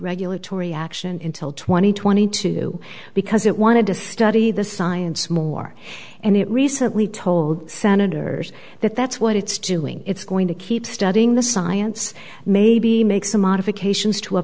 regulatory action intil twenty twenty two because it wanted to study the science more and it recently told senators that that's what it's doing it's going to keep studying the science maybe make some modifications to